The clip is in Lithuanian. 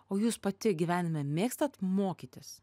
o jūs pati gyvenime mėgstat mokytis